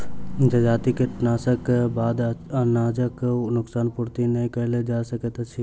जजाति कटनीक बाद अनाजक नोकसान पूर्ति नै कयल जा सकैत अछि